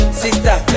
sister